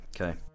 okay